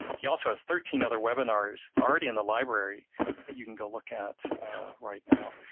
he also has thirteen other webinars already in the library that you can go look at right now.